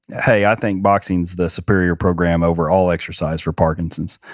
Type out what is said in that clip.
hey, i think boxing's the superior program over all exercise for parkinson's,